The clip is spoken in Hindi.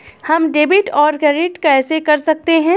हम डेबिटऔर क्रेडिट कैसे कर सकते हैं?